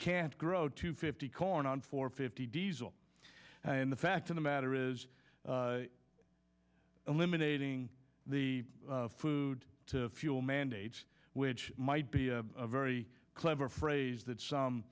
can't grow to fifty corn on for fifty diesel and the fact of the matter is eliminating the food to fuel mandates which might be a very clever phrase that some